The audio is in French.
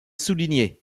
souligné